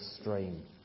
stream